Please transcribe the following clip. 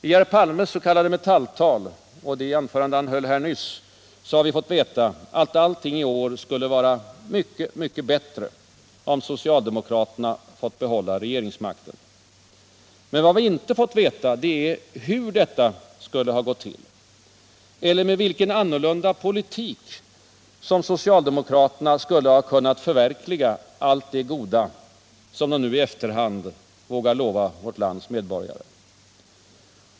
I herr Palmes s.k. Metall-tal och det anförande han höll här nyss, får vi veta att allting i år skulle ha varit mycket, mycket bättre, om socialdemokraterna fått behålla regeringsmakten. Men vad vi inte får veta, det är hur detta skulle ha gått till. Eller med vilken annorlunda politik socialdemokraterna skulle ha kunnat förverkliga allt det goda som de nu — i efterhand — vågar lova vårt lands medborgare.